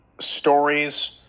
stories